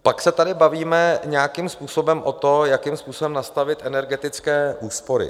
Pak se tady bavíme nějakým způsobem o tom, jakým způsobem nastavit energetické úspory.